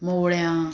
मोवळ्यां